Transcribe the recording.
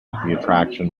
attraction